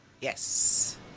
yes